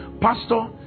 Pastor